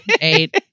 eight